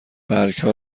برگها